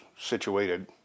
situated